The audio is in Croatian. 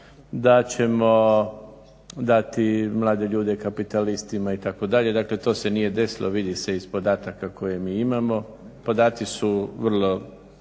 da ćemo dati mlade ljude kapitalistima itd., dakle to se nije desilo vidi se iz podataka koje mi imamo. Podaci su vrlo